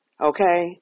Okay